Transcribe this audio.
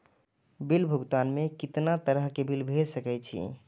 Bill भुगतान में कितना तरह के बिल भेज सके छी?